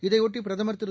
இதையொட்டி பிரதமர் திரு